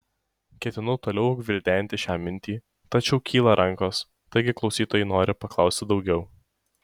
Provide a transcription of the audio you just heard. ketinu toliau gvildenti šią mintį tačiau kyla rankos taigi klausytojai nori paklausti daugiau